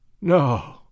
No